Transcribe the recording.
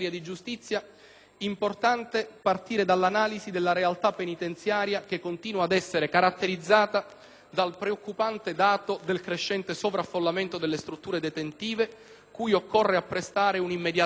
giustizia, partire dall'analisi della realtà penitenziaria, che continua ad essere caratterizzata dal preoccupante dato del crescente sovraffollamento delle strutture detentive, cui occorre apprestare immediato rimedio.